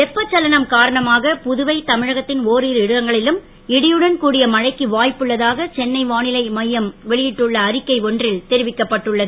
வெப்பச்சலனம் காரணமாக புதுவை தமிழகத்தின் ஒரிரு இடங்களிலும் இடியுடன் கூடிய மழைக்கு வாய்ப்புள்ளதாக சென்னை வானிலை மையம் வெளியிட்டுள்ள அறிக்கை ஒன்றில் தெரிவிக்கப்பட்டுள்ளது